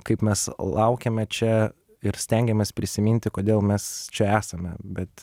kaip mes laukiame čia ir stengiamės prisiminti kodėl mes čia esame bet